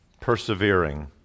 persevering